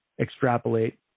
extrapolate